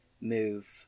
move